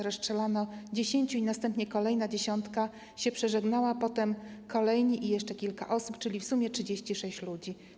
Rozstrzelano 10 i następnie kolejna dziesiątka się przeżegnała, potem kolejni i jeszcze kilka osób, czyli w sumie 36 ludzi.